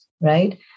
right